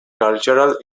cultural